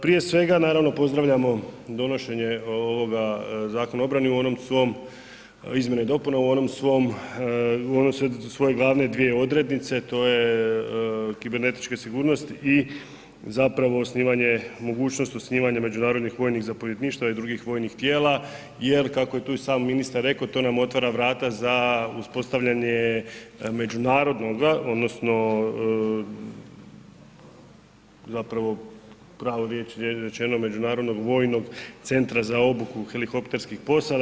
Prije svega, naravno pozdravljamo donošenje ovoga Zakona o obrani u onom svom, izmjene i dopune, u onom svom, u one svoje glavne dvije odrednice, to je kibernetičke sigurnosti i zapravo osnivanje, mogućnost osnivanja međunarodnih vojnih zapovjedništva i drugih vojnih tijela jer kako je tu i sam ministar rekao, to nam otvara vrata za uspostavljanje međunarodnoga, odnosno zapravo prava riječ je rečeno Međunarodnog vojnog centra za obuku helikopterskih posada.